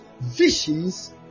visions